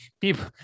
people